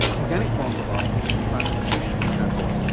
organic forms of arsenic can be found in fish for example.